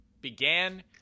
began